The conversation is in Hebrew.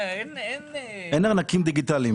בקטע של המשקיעים --- אבל אין להם ארנקים דיגיטאליים.